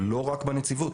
לא רק בנציבות.